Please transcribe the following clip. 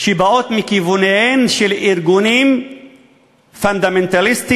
שבאות מכיווניהם של ארגונים פונדמנטליסטיים,